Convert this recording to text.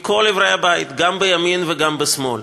מכל עברי הבית, גם בימין וגם בשמאל.